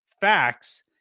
facts